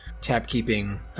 tap-keeping